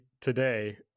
today